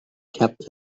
kept